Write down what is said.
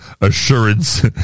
assurance